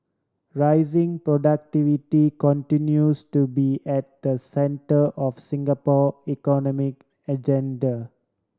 raising productivity continues to be at the centre of Singapore economic agenda